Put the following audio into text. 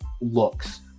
looks